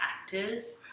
Actors